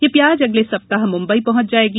यह प्याज अगले सप्ताह मुम्बई पहुंच जायेगी